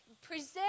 present